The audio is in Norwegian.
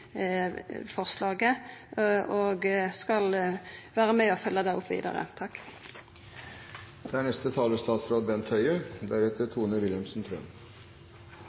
og skal vera med og følgja det opp vidare. For det første er